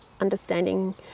understanding